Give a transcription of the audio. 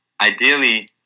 ideally